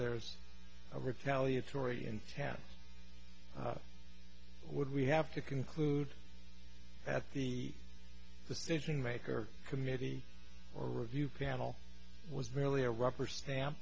there's a retaliatory intent would we have to conclude at the the staging maker committee or review panel was really a rubber stamp